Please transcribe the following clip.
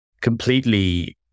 completely